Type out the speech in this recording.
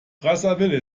brazzaville